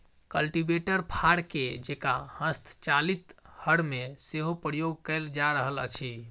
cultivator फार के जेंका हस्तचालित हर मे सेहो प्रयोग कयल जा रहल अछि